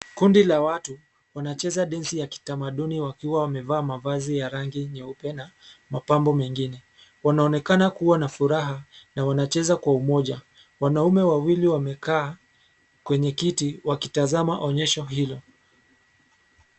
Kundi la watu wanacheza dansi ya kitamaduni wakiwa wamevaa mavazi ya rangi nyeupe na mapambo mengine. Wanaonekana kua na furaha na wanacheza kwa umoja. Wanaume wawili wamekaa kwenye kiti wakitazama onyesho hilo.